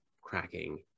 cracking